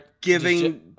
giving